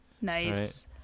nice